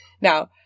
Now